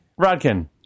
rodkin